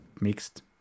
mixed